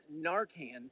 Narcan